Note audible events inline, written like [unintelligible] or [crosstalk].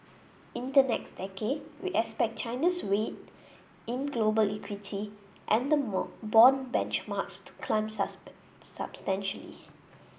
in the next decade we expect China's weight in global equity and [unintelligible] bond benchmarks to climb [unintelligible] substantially